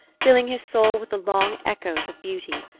filling his soul with the long echoes of beauty.